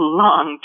long